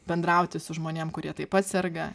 bendrauti su žmonėm kurie taip pat serga